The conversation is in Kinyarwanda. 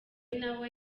nawe